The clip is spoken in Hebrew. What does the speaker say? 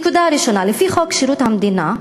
נקודה ראשונה, לפי חוק שירות המדינה,